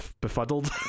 befuddled